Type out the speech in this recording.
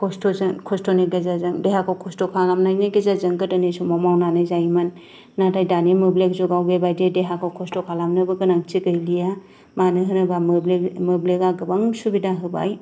खस्थ'जों खस्थ'नि गेजेरजों देहाखौ खस्थ' खालामनायनि गेजेरजों गोदोनि समाव मावनानै जायोमोन नाथाय दानि मोब्लिब जुगाव बेबादि देहाखौ खस्थ' खालामनोबो गोनांथि गैलिया मानो होनोबा मोब्लिब बे मोब्लिबा गोबां सुबिदा होबाय